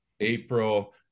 April